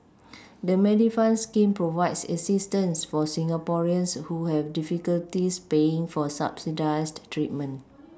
the Medifund scheme provides assistance for Singaporeans who have difficulties paying for subsidized treatment